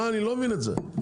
אני לא מבין את זה.